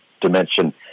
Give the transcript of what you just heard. dimension